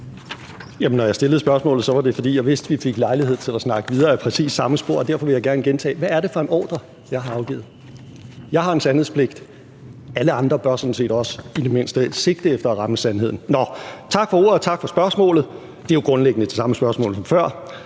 når jeg stillede spørgsmålet, var det, fordi jeg vidste, at vi fik lejlighed til at snakke videre ad præcis samme spor. Og derfor vil jeg gerne gentage: Hvad er det for en ordre, jeg har afgivet? Jeg har en sandhedspligt. Alle andre bør sådan set også i det mindste sigte efter at ramme sandheden. Nå, tak for ordet, og tak for spørgsmålet. Det er jo grundlæggende det samme spørgsmål som før.